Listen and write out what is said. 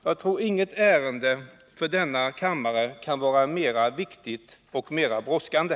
Jag tror inget ärende för denna kammare kan vara mer viktigt och brådskande!